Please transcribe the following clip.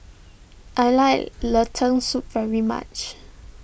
I like Lentil Soup very much